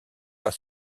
pour